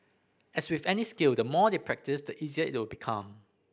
as with any skill the more they practise the easier it will become